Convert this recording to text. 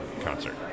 concert